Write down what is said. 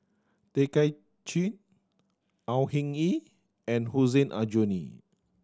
Tay Kay Chin Au Hing Yee and Hussein Aljunied